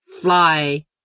fly